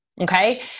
Okay